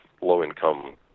low-income